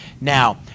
now